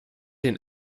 den